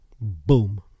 Boom